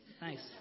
nice